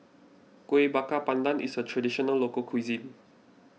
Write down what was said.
Kuih Bakar Pandan is a Traditional Local Cuisine